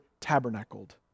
tabernacled